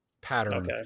pattern